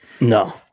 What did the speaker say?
no